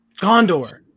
Gondor